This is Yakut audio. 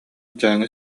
дьааҥы